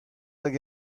hag